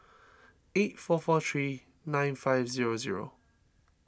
eight four four three nine five zero zero